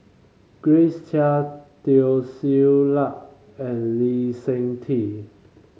Grace Chia Teo Ser Luck and Lee Seng Tee